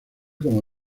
como